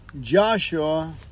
Joshua